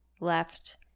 left